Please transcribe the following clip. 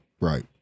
Right